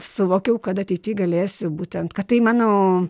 suvokiau kad ateity galėsiu būtent kad tai mano